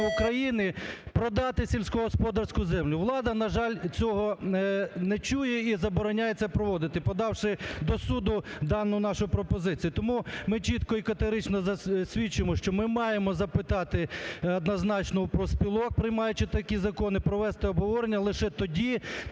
України продати сільськогосподарську землю. Влада, на жаль, цього не чує і забороняє це проводити, подавши до суду дану нашу пропозицію. Тому ми чітко і категорично засвідчуємо, що ми маємо запитати однозначно у профспілок, приймаючи такі закони, провести обговорення, лише тоді